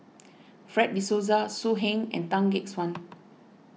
Fred De Souza So Heng and Tan Gek Suan